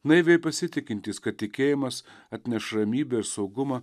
naiviai pasitikintys kad tikėjimas atneša ramybę ir saugumą